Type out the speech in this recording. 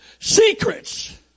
secrets